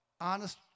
Honest